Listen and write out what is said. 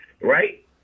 right